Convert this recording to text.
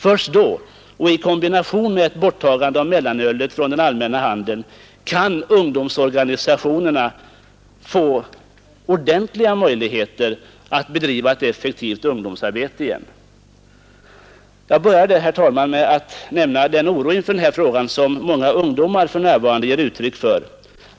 Först då, och i kombination med borttagande av mellanölet från den allmänna handeln, kan ungdomsorganisationerna få ordentliga möjligheter att bedriva ett effektivt ungdomsarbete igen. Jag började, herr talman, med att nämna den oro inför denna fråga som många ungdomar för närvarande ger uttryck för.